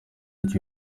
iki